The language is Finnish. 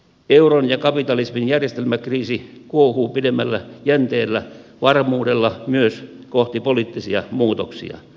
euron ja kapitalismin järjestelmäkriisi kuohuu pidemmällä jänteellä varmuudella myös kohti poliittisia muutoksia